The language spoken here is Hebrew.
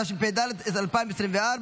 התשפ"ד 2024,